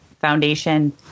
foundation